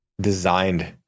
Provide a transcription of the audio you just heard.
designed